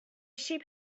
sheep